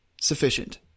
sufficient